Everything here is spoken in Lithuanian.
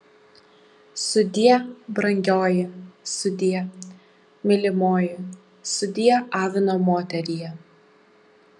sudie brangioji sudie mylimoji sudie avino moterie